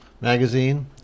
magazine